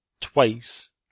twice